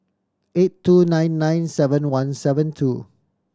eight two nine nine seven one seven two